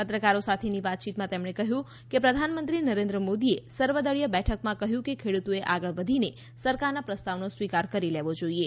પત્રકારો સાથેની વાતચીતમાં તેમણે કહ્યું કે પ્રધાનમંત્રી નરેન્દ્ર મોદીએ સર્વદળીય બેઠકમાં કહ્યું કે ખેડૂતોએ આગળ વધીને સરકારના પ્રસ્તાવનો સ્વીકાર કરી લેવો જોઇએ